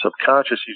subconscious